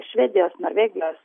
švedijos norvegijos